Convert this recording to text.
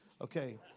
Okay